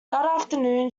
afternoon